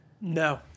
No